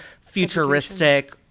futuristic